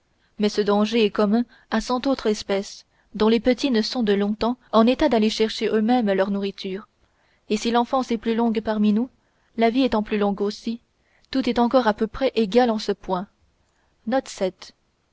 mais ce danger est commun à cent autres espèces dont les petits ne sont de longtemps en état d'aller chercher eux-mêmes leur nourriture et si l'enfance est plus longue parmi nous la vie étant plus longue aussi tout est encore à peu près égal en ce point